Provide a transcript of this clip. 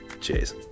Cheers